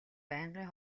байнгын